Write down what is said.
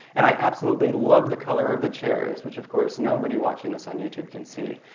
and i absolutely love the color of the chairs, which of course, nobody watching this on youtube can see.